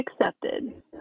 accepted